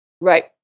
Right